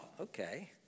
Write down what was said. okay